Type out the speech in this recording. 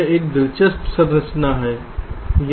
यह एक दिलचस्प संरचना है